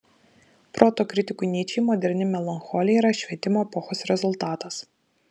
proto kritikui nyčei moderni melancholija yra švietimo epochos rezultatas